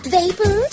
vapor